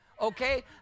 okay